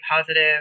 positive